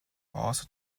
also